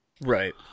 right